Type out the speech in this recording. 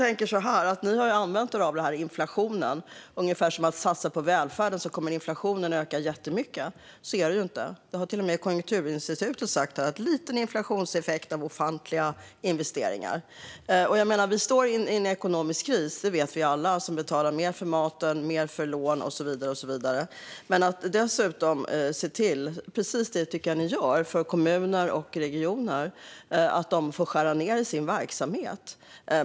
Fru talman! Ni har ju använt er av det här med inflationen och menat ungefär att om vi satsar på välfärden så kommer inflationen att öka jättemycket. Men så är det inte. Till och med Konjunkturinstitutet har sagt att det är en liten inflationseffekt av offentliga investeringar. Vi står i en ekonomisk kris. Det vet vi alla som betalar mer för maten, mer för lån och så vidare. Dessutom ser ni till - precis det tycker jag att ni gör - att kommuner och regioner får skära ned i sin verksamhet.